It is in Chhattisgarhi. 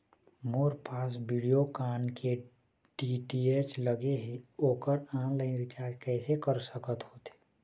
मोर पास वीडियोकॉन के डी.टी.एच लगे हे, ओकर ऑनलाइन रिचार्ज कैसे कर सकत होथे?